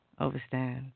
overstand